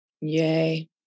Yay